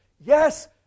Yes